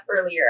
earlier